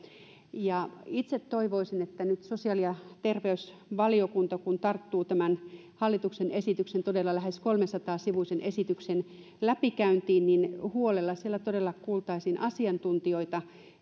itse toivoisin että nyt sosiaali ja terveysvaliokunta kun tarttuu tämän hallituksen esityksen todella lähes kolmesataa sivuisen esityksen läpikäyntiin niin todella siellä huolella kuultaisiin asiantuntijoita